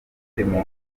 christine